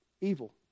Evil